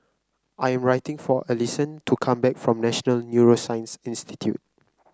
I am for Alyson to come back from National Neuroscience Institute